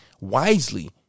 wisely